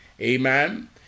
Amen